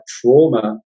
trauma